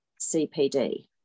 CPD